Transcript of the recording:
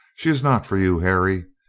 she is not for you, harry.